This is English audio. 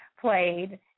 played